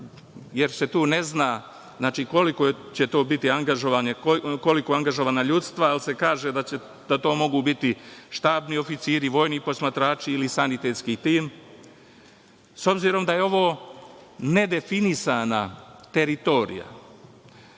jer se tu ne zna koliko će tu biti angažovana ljudstva, ali se kaže da to mogu biti štabni oficiri, vojni posmatrači ili sanitetski tim, s obzirom da je ovo nedefinisana teritorija,